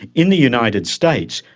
in the united states,